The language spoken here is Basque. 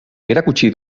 erakutsi